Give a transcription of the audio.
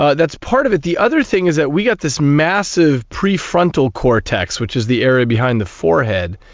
ah that's part of it. the other thing is that we've got this massive prefrontal cortex which is the area behind the forehead,